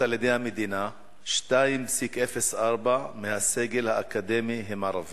על-ידי המדינה 2.04% מהסגל האקדמי הם ערבים,